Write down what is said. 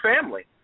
family